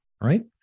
right